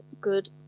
good